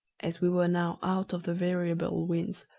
as we were now out of the variable winds,